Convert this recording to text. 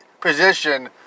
position